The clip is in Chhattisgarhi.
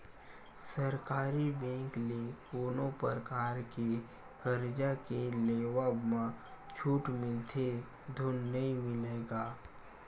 सरकारी बेंक ले कोनो परकार के करजा के लेवब म छूट मिलथे धून नइ मिलय गा?